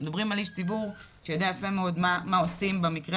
אנחנו מדברים על איש ציבור שיודע יפה מאוד מה עושים במקרה